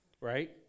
right